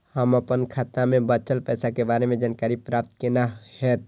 हम अपन खाता में बचल पैसा के बारे में जानकारी प्राप्त केना हैत?